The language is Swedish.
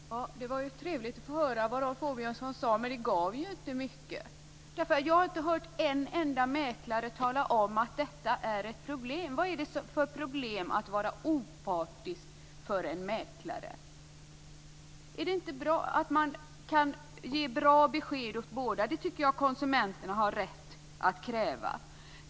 Herr talman! Det var trevligt att höra vad Rolf Åbjörnsson sade, men det gav ju inte mycket. Jag har inte hört en enda mäklare tala om att detta är ett problem. Vad är det för problem för en mäklare att vara opartisk? Är det inte bra att man kan ge bra besked till båda parter. Det tycker jag att konsumenterna har rätt att kräva.